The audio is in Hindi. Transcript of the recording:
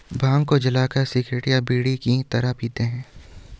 भांग को जलाकर सिगरेट या बीड़ी की तरह पीते हैं